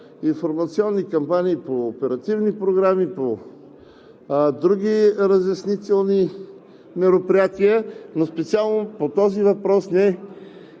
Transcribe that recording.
информационни кампании по оперативни програми, по други разяснителни мероприятия, но специално по този въпрос не